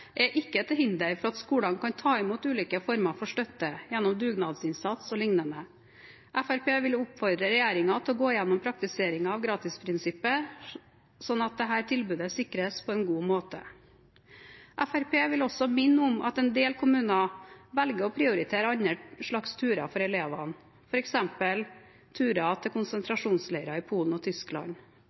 er ikke til hinder for at skolene kan ta imot ulike former for støtte gjennom dugnadsinnsats o.l. Fremskrittspartiet vil oppfordre regjeringen til å gå gjennom praktiseringen av gratisprinsippet slik at dette tilbudet sikres på en god måte. Fremskrittspartiet vil også minne om at en del kommuner velger å prioritere andre slags turer for elevene, f.eks. turer til konsentrasjonsleirer i Polen og Tyskland.